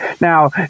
now